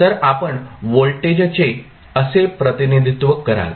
तर आपण व्होल्टेजचे असे प्रतिनिधित्व कराल